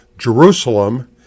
Jerusalem